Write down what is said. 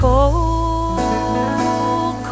Cold